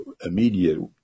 immediate